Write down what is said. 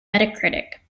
metacritic